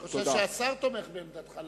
אני חושב שהשר תומך בעמדתך.